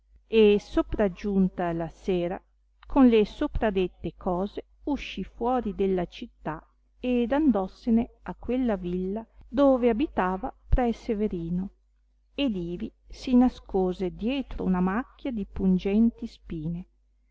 e sopraggiunta la sera con le sopradette cose uscì fuori della città ed andossene a quella villa dove abitava pre severino ed ivi si nascose dietro una macchia di pungenti spine